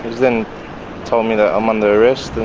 then told me that i'm under arrest